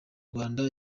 rwanda